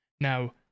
Now